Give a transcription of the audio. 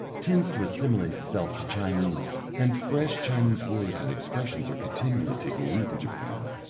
tends to assimilate itself to chinese, and fresh chinese words and expressions are continually taking root in japan.